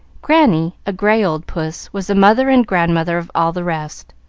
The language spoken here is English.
granny, a gray old puss, was the mother and grandmother of all the rest.